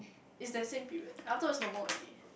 it's the same period afterwards no more already